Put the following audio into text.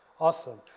Awesome